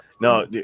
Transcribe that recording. no